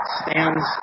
stands